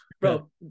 Bro